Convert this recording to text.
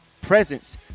presence